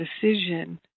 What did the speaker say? decision